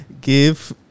Give